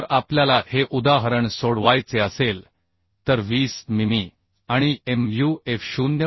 जर आपल्याला हे उदाहरण सोडवायचे असेल तर 20 मिमी आणि Mu f 0